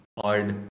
odd